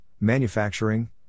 manufacturing